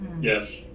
Yes